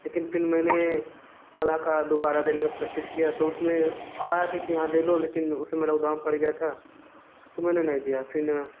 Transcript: लेकिन फिर मैंने कला को दोबारा देने की प्रैक्टिस किया तो उसमें आया था कि हाँ दे लो लेकिन उस समय लॉकडाउन पड़ गया था तो मैंने नहीं दिया फिर